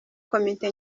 komite